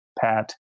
pat